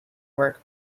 work